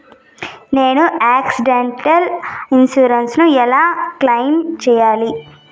నేను accidental insurance ను ఎలా క్లెయిమ్ సేయాలి?